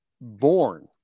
born